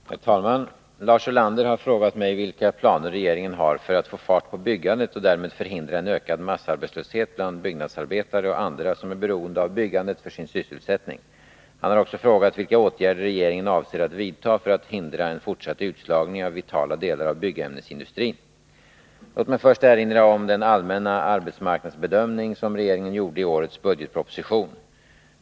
Herr talman! Lars Ulander har frågat mig vilka planer regeringen har för att få fart på byggandet och därmed förhindra en ökad massarbetslöshet bland byggnadsarbetare och andra som är beroende av byggandet för sin sysselsättning. Han har också frågat vilka åtgärder regeringen avser att vidta för att hindra en fortsatt utslagning av vitala delar av byggämnesindustrin. Låt mig först erinra om den allmänna arbetsmarknadsbedömning som regeringen gjorde i årets budgetproposition.